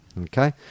Okay